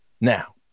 Now